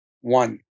one